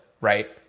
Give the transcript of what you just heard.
right